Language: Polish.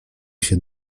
się